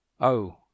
Oh